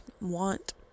want